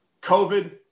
COVID